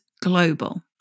global